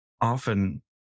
often